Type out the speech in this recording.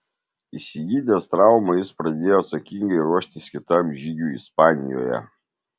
išsigydęs traumą jis pradėjo atsakingai ruoštis kitam žygiui ispanijoje